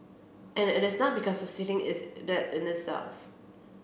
and it is not because sitting is that in itself